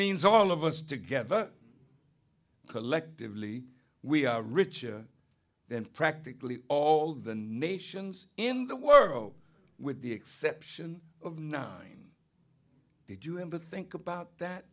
means all of us together collectively we are richer than practically all the nations in the world with the exception of nine did you ever think about that